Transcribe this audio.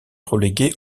relégué